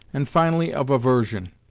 and finally of aversion.